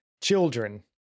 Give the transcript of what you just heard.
children